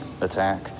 attack